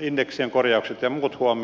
indeksien korjaukset ja muut huomioon